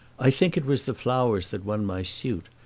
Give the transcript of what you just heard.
i think it was the flowers that won my suit,